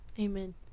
Amen